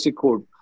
code